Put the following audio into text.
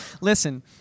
Listen